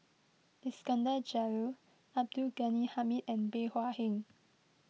Iskandar Jalil Abdul Ghani Hamid and Bey Hua Heng